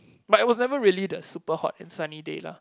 but it was never really the super hot and sunny day lah